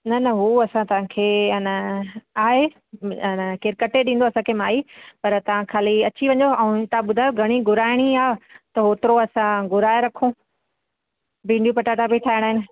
न न हू असां तव्हांखे ए न आहे ए न केरु कटे ॾींदो तव्हांखे माई पर तव्हां ख़ाली अची वञो ऐं तव्हां ॿुधायो घणी घुराइणी आहे त ओतिरो असां घुराए रखूं भींडियूं पटाटा बि ठाहिणा आहिनि